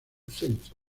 centro